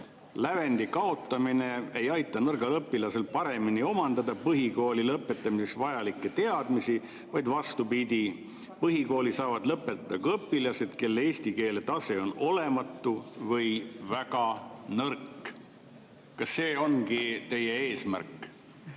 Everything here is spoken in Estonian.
"Lävendi kaotamine ei aita nõrgal õpilasel paremini omandada põhikooli lõpetamiseks vajalikke teadmisi, vaid, vastupidi, põhikooli saavad lõpetada ka õpilased, kelle eesti keele tase on olematu või väga nõrk." Kas see ongi teie eesmärk,